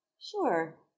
Sure